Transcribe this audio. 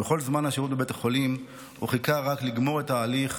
ובכל זמן השהות בבית החולים הוא חיכה רק לגמור את התהליך,